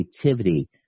creativity